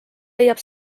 leiab